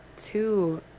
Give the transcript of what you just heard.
two